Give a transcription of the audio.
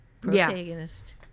protagonist